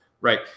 Right